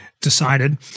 decided